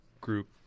group